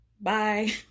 Bye